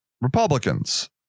Republicans